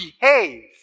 behave